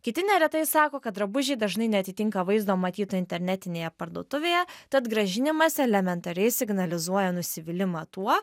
kiti neretai sako kad drabužiai dažnai neatitinka vaizdo matyto internetinėje parduotuvėje tad grąžinimas elementariai signalizuoja nusivylimą tuo